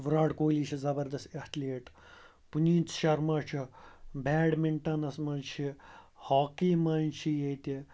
وِراٹھ کوہلی چھِ زبردَس اَتھِلیٖٹ پُنیٖت شرما چھُ بیڈمِنٛٹَنَس منٛز چھِ ہاکی منٛز چھِ ییٚتہِ